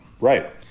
right